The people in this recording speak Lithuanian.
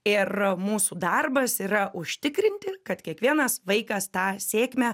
ir mūsų darbas yra užtikrinti kad kiekvienas vaikas tą sėkmę